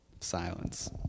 silence